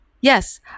Yes